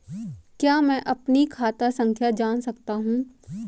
क्या मैं अपनी खाता संख्या जान सकता हूँ?